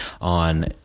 on